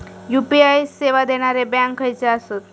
UPI सेवा देणारे bank खयचे आसत?